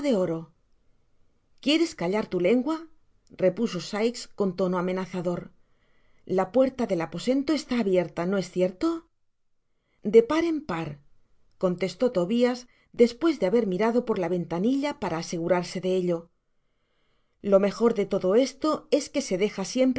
quiéres callar tu lengua repuso sikes con tono amenazador la puerta del aposento está abierta no es cierto ue paren par contestó tobias despues de haber mirado por la ventanilla para asegurarse de ello lo mejor de todo esto es que se deja